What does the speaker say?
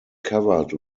covered